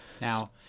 Now